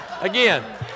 Again